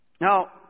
Now